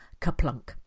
kaplunk